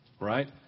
Right